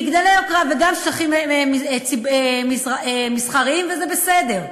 מגדלי יוקרה, וגם שטחים מסחריים, וזה בסדר.